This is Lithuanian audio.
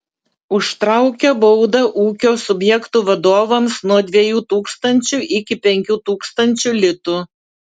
užtraukia baudą ūkio subjektų vadovams nuo dviejų tūkstančių iki penkių tūkstančių litų